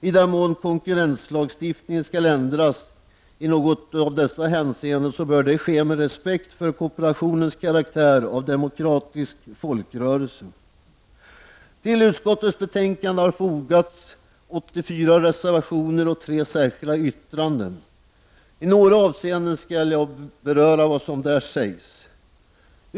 I den mån konkurrenslagstiftningen skall ändras i något av dessa hänseenden bör det ske med respekt för kooperationens karaktär av demokratisk folkrörelse. I några avseenden skall jag kommentera dessa reservationer.